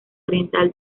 oriental